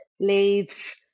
leaves